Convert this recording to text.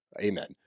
Amen